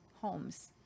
homes